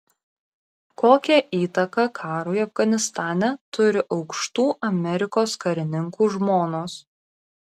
kokią įtaką karui afganistane turi aukštų amerikos karininkų žmonos